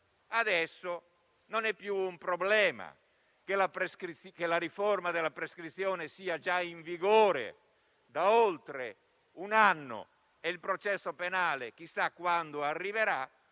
pertanto non è più un problema che la riforma della prescrizione sia già in vigore da oltre un anno e il processo penale chissà quando arriverà: